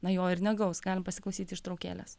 na jo ir negaus galim pasiklausyti ištraukėlės